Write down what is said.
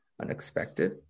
unexpected